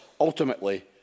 ultimately